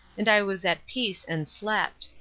and i was at peace and slept.